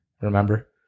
Remember